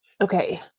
okay